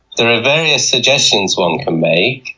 there are various suggestions one can make.